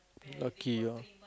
lucky ah